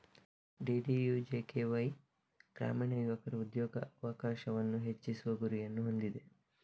DDUJKY ಗ್ರಾಮೀಣ ಯುವಕರ ಉದ್ಯೋಗಾವಕಾಶವನ್ನು ಹೆಚ್ಚಿಸುವ ಗುರಿಯನ್ನು ಹೊಂದಿದೆ